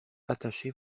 attacher